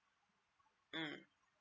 mm